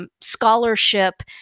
scholarship